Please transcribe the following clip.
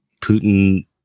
putin